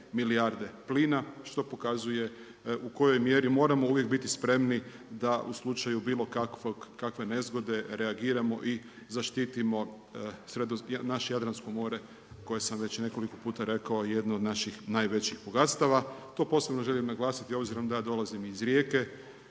milijarde plina što pokazuje u kojoj mjeri moramo uvijek biti spremni da u slučaju bilo kakve nezgode reagiramo i zaštitimo naše Jadransko more koje sam već i nekoliko puta rekao jedno od naših najvećih bogatstava. To posebno želim naglasiti obzirom da ja dolazim iz Rijeke,